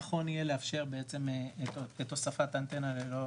נכון יהיה לאפשר את הוספת האנטנה ללא